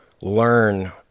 learn